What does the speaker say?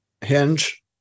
hinge